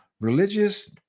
Religious